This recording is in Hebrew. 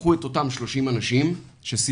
קחו את אותם 30 אנשים שסיפרו